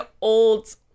old